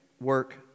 work